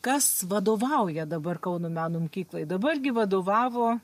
kas vadovauja dabar kauno meno mokyklai dabar gi vadovavo